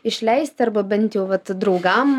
išleisti arba bent jau vat draugam